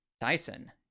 Tyson